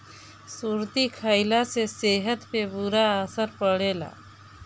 सुरती खईला से सेहत पे बुरा असर पड़ेला